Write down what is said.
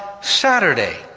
Saturday